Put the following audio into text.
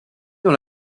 dans